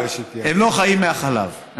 הם לא חיים מהחלב.